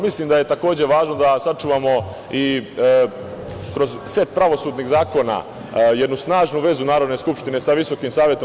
Mislim da je takođe važno da sačuvamo i kroz set pravosudnih zakona jednu snažnu vezu Narodne skupštine sa VSS.